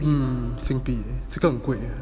mm 新币这个很贵